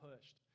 pushed